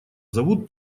зовут